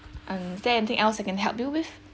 um is there anything else I can help you with